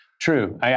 True